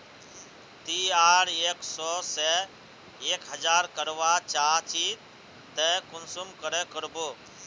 ती अगर एक सो से एक हजार करवा चाँ चची ते कुंसम करे करबो?